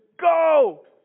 go